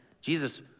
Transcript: Jesus